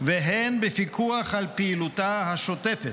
והן בפיקוח על פעילותה השוטפת,